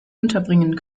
unterbringen